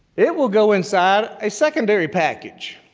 it will go inside a secondary package,